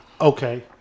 okay